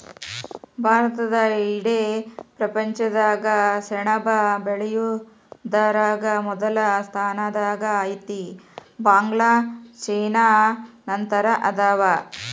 ಭಾರತಾ ಇಡೇ ಪ್ರಪಂಚದಾಗ ಸೆಣಬ ಬೆಳಿಯುದರಾಗ ಮೊದಲ ಸ್ಥಾನದಾಗ ಐತಿ, ಬಾಂಗ್ಲಾ ಚೇನಾ ನಂತರ ಅದಾವ